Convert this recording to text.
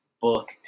book